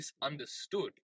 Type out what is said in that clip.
misunderstood